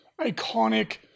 iconic